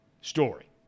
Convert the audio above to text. story